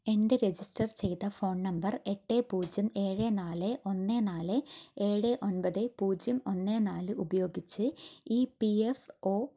എൻ്റെ രെജിസ്റ്റർ ചെയ്ത phone number എട്ട് പൂജ്യം ഏഴ് നാല് ഒന്ന് നാല് ഏഴ് ഒൻപത് പൂജ്യം ഒന്ന് നാല് ഉപയോഗിച്ച് ഈ പി എഫ് ഓ